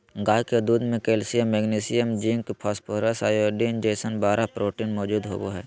गाय के दूध में calcium, magnesium, zinc, phosphorus, iodine जैसन बारह प्रोटीन मौजूद होबा हइ